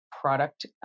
product